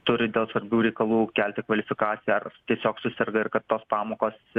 turi dėl svarbių reikalų kelti kvalifikaciją ar tiesiog suserga ir kad tos pamokos